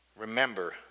Remember